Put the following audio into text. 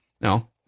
no